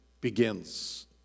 begins